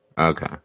Okay